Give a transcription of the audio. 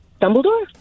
Dumbledore